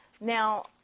Now